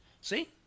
See